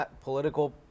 political